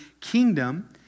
kingdom